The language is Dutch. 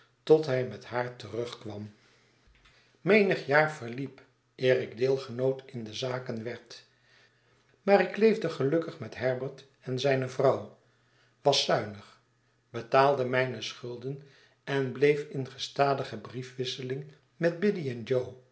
tot hij met haar terugkwam menigjaar verliep eerikdeelgenootindezaken werd maar ik leefde geiukkig met herbert en zijne vrouw was zuinig betaalde mijne schulden en bleef in gestadige brief wisseling met biddy en